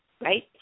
right